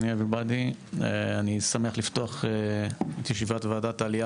אני שמח לפתוח את ישיבת ועדת העלייה,